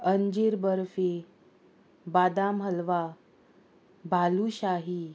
अंजीर बर्फी बादाम हलवा भालू शाही